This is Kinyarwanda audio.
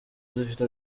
zifite